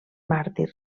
màrtir